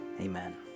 Amen